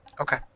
Okay